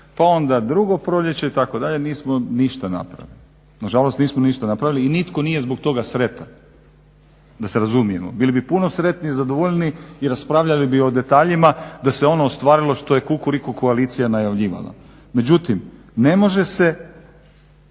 pa onda drugo proljeće itd. Nismo ništa napravili, na žalost nismo ništa napravili i nitko nije zbog toga sretan da se razumijemo. Bili bi puno sretniji, zadovoljniji i raspravljali bi o detaljima da se ono ostvarilo što je Kukuriku koalicija najavljivala. Međutim, ne može se,